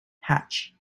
hatch